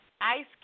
Ice